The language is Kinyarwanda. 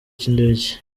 cy’indege